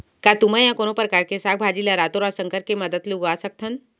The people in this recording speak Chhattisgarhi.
का तुमा या कोनो परकार के साग भाजी ला रातोरात संकर के मदद ले उगा सकथन?